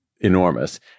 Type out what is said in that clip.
enormous